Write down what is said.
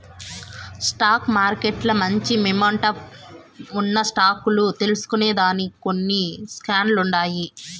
stock మార్కెట్ల మంచి momentum ఉన్న స్టాక్ లు తెల్సుకొనేదానికి కొన్ని స్కానర్లుండాయి